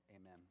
Amen